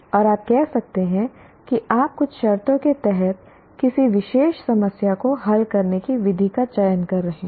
और आप कह सकते हैं कि आप कुछ शर्तों के तहत किसी विशेष समस्या को हल करने की विधि का चयन कर रहे हैं